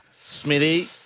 Smithy